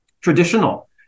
traditional